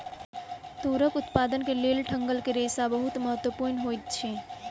तूरक उत्पादन के लेल डंठल के रेशा बहुत महत्वपूर्ण होइत अछि